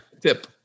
Tip